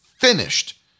finished